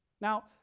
Now